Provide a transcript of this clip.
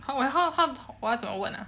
how wait how how 我要怎么问啊